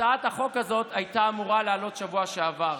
הצעת החוק הזאת הייתה אמורה לעלות בשבוע שעבר.